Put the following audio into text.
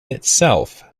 itself